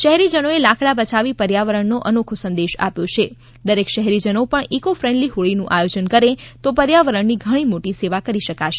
શહેરીજનોએ લાકડા બયાવી પર્યાવરણનો અનોખો સંદેશ આપ્યો છે દરેક શહેરીજનો પણ ઇકો ફેંડલી હોળીનું આયોજન કરે તો પર્યાવરણની ઘણી મોટી સેવા કરી ગણાશે